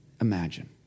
imagine